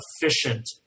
efficient